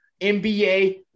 NBA